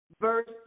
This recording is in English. verse